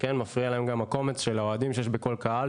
וכן מפריע להם גם הקומץ של האוהדים שיש בכל קהל,